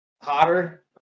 hotter